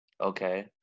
Okay